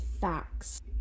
facts